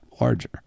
larger